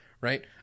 right